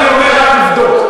אני אומר רק עובדות.